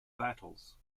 battles